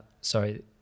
sorry